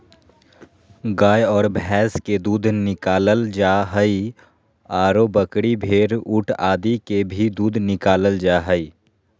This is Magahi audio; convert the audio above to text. गाय आर भैंस के दूध निकालल जा हई, आरो बकरी, भेड़, ऊंट आदि के भी दूध निकालल जा हई